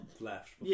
left